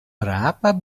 berapa